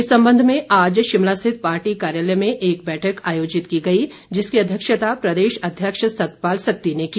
इस संबंध में आज शिमला स्थित पार्टी कार्यालय में एक बैठक आयोजित की गई जिसकी अध्यक्षता प्रदेश अध्यक्ष सतपाल सत्ती ने की